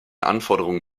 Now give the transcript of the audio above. anforderungen